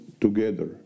together